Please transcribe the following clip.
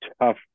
tough